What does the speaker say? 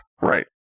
Right